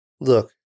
look